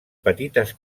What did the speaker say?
petites